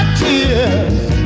tears